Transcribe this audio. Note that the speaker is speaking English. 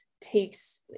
takes